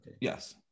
Yes